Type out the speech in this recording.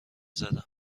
زدم